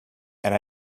and